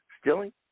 stealing